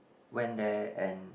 went there and